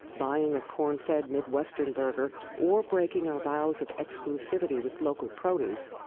buying a corn-fed midwesternburger or breaking our vows of exclusivity with local produce,